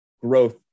growth